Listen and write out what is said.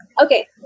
Okay